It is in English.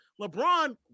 LeBron –